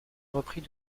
repris